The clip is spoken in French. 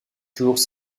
toujours